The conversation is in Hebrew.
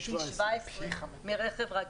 פי 17 מרכב רגיל,